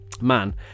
Man